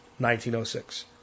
1906